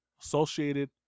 associated